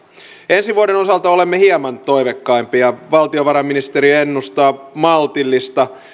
ensi vuoden osalta olemme hieman toiveikkaampia valtiovarainministeri ennustaa maltillista